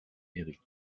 éric